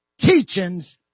teachings